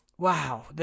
Wow